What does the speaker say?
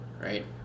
right